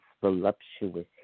voluptuous